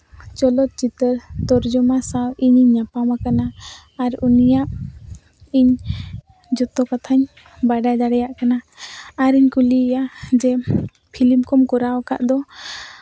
ᱪᱚᱞᱚᱛ ᱪᱤᱛᱟᱹᱨ ᱛᱚᱨᱡᱚᱢᱟ ᱥᱟᱶ ᱤᱧᱤᱧ ᱧᱟᱯᱟᱢ ᱠᱟᱱᱟ ᱟᱨ ᱩᱱᱤᱭᱟᱜ ᱤᱧ ᱡᱚᱛᱚ ᱠᱟᱛᱷᱟᱧ ᱵᱟᱰᱟᱭ ᱫᱟᱲᱮᱭᱟᱜ ᱠᱟᱱᱟ ᱟᱨᱤᱧ ᱠᱩᱞᱤᱭᱮᱭᱟ ᱡᱮ ᱯᱷᱤᱞᱤᱢ ᱠᱚᱢ ᱠᱚᱨᱟᱣ ᱟᱠᱟᱫ ᱫᱚ